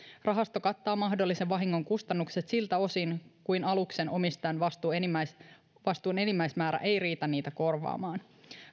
rahasto kattaa mahdollisen vahingon kustannukset siltä osin kuin aluksen omistajan vastuun enimmäismäärä vastuun enimmäismäärä ei riitä niitä korvaamaan